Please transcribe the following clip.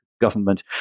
Government